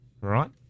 Right